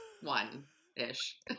one-ish